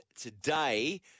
today